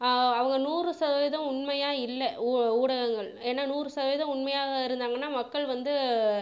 அவங்க நூறு சதவீதம் உண்மையாக இல்லை ஊ ஊடகங்கள் ஏன்னா நூறு சதவீதம் உண்மையாக இருந்தாங்கன்னா மக்கள் வந்து